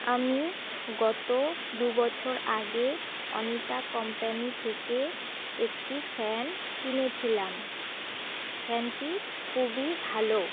আমি গত দুবছর আগে অনিতা কোম্পানি থেকে একটি ফ্যান কিনেছিলাম ফ্যানটি খুবই ভালো